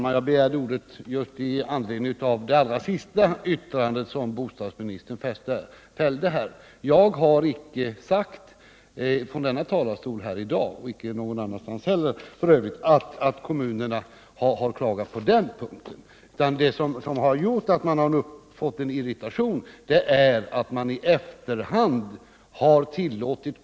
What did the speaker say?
Avser statsrådet att förelägga riksdagen förslag om ekonomiskt stöd till djursjukhusen, och hur snart kan detta förväntas? slås igen till sommaren 1979. Förhandlingar med företagsledningen har inte . kunnat rädda jobben i Horndal. En särskild grupp för att ordna ersättnings jobb har tillsatts.